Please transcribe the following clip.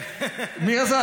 מי עזב?